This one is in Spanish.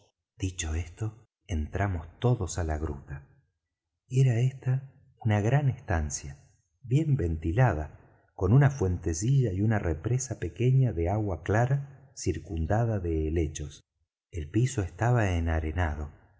dicho esto entramos todos á la gruta era esta una gran estancia bien ventilada con una fuentecilla y una represa pequeña de agua clara circundada de helechos el piso estaba enarenado